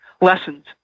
lessons